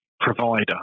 provider